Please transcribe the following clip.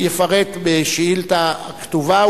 יפרט בשאילתא כתובה,